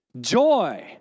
joy